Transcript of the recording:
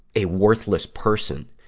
a worthless person.